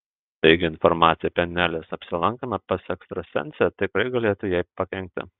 taigi informacija apie nelės apsilankymą pas ekstrasensę tikrai galėtų jai pakenkti